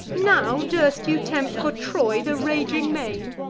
now durst you tempt, for troy, the raging main?